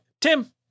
Tim